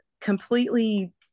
completely